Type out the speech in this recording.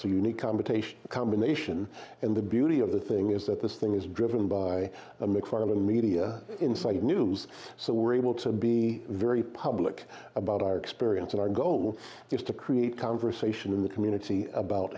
so unique combination combination and the beauty of the thing is that this thing is driven by macfarlane media insight news so we're able to be very public about our experience and our goal is to create conversation in the community about